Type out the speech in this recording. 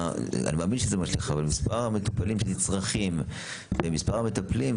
אני מאמין שזה משליך - אבל מספר המטופלים שנצרכים ומספר המטפלים,